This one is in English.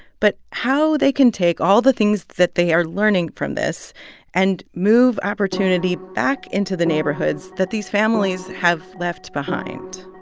but how they can take all the things that they are learning from this and move opportunity back into the neighborhoods that these families have left behind